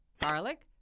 garlic